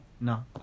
No